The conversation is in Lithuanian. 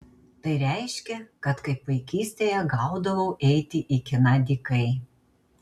tai reiškė kad kaip vaikystėje gaudavau eiti į kiną dykai